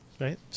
Right